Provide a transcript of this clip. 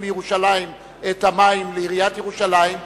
בירושלים על המים לעיריית ירושלים,